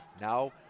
Now